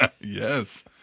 Yes